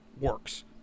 works